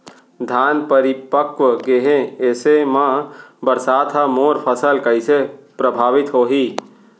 धान परिपक्व गेहे ऐसे म बरसात ह मोर फसल कइसे प्रभावित होही?